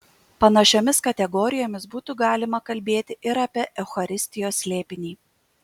panašiomis kategorijomis būtų galima kalbėti ir apie eucharistijos slėpinį